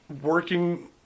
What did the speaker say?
working